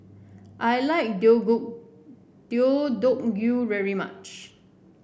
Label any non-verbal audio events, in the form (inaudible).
I like (unintelligible) Deodeok Gui very much